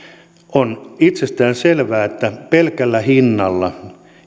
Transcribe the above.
on itsestään selvää että pelkällä hinnalla